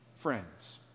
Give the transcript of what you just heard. friends